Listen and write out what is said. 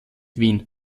wien